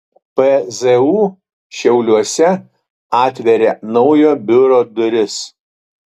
pzu šiauliuose atveria naujo biuro duris